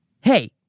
hey